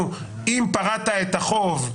אם פרעת את החוב,